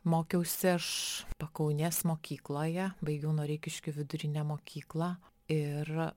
mokiausi aš pakaunės mokykloje baigiau noreikiškių vidurinę mokyklą ir